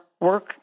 work